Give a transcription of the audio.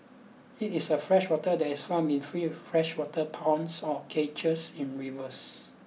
it is a freshwater that is farmed in free freshwater ponds or cages in rivers